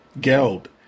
Geld